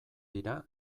dira